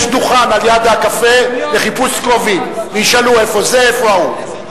יש דוכן ליד הקפה לחיפוש קרובים וישאלו איפה זה ואיפה ההוא.